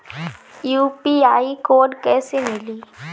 UPI code कैसे मिली?